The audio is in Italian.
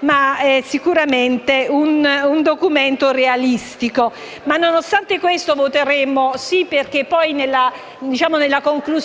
ma sicuramente un documento realistico. Nonostante questo voteremo a favore della risoluzione